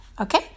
Okay